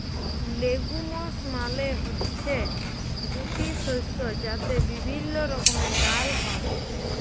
legumes মালে হচ্যে গুটি শস্য যাতে বিভিল্য রকমের ডাল হ্যয়